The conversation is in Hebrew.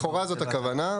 לכאורה, זאת הכוונה.